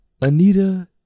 Anita